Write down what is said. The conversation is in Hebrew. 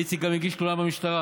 ואיציק גם הגיש תלונה במשטרה,